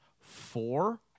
four